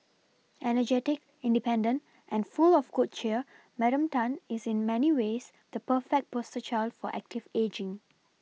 energetic independent and full of good cheer Madam Tan is in many ways the perfect poster child for active ageing